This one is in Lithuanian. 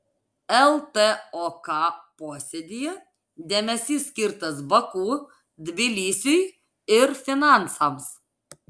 ltok posėdyje dėmesys skirtas baku tbilisiui ir finansams